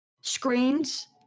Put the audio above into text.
Screens